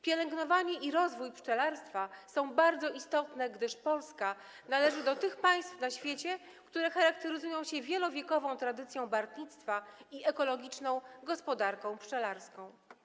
Pielęgnowanie i rozwój pszczelarstwa są bardzo istotne, gdyż Polska należy do tych państw na świecie, które charakteryzują się wielowiekową tradycją bartnictwa i ekologiczną gospodarką pszczelarską.